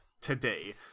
today